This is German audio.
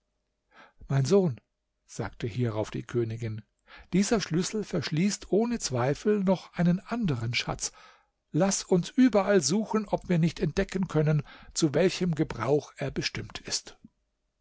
mein sohn sagte hierauf die königin dieser schlüssel verschließt ohne zweifel noch einen anderen schatz laß uns überall suchen ob wir nicht entdecken können zu welchem gebrauch er bestimmt ist